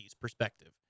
perspective